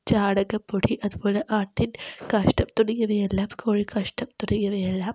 ചാണകപ്പൊടി അതുപോലെ ആട്ടിൻ കാഷ്ടം തുടങ്ങിയവയെല്ലാം കോഴിക്കാഷ്ടം തുടങ്ങിയവയെല്ലാം